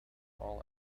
all